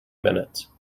minutes